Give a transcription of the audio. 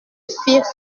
firent